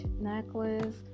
necklace